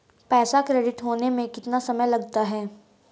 पैसा क्रेडिट होने में कितना समय लगता है?